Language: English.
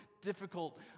difficult